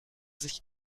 sich